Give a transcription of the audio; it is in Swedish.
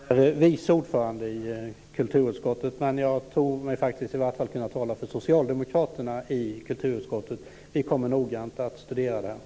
Herr talman! Jag är vice ordförande i kulturutskottet, men jag tror mig i vart fall kunna tala för socialdemokraterna i kulturutskottet. Vi kommer noggrant att studera detta.